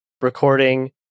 recording